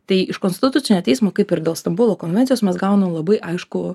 tai iš konstitucinio teismo kaip ir dėl stambulo konvencijos mes gaunam labai aiškų